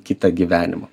kitą gyvenimą